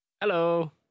Hello